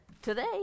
today